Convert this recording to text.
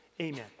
amen